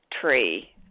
tree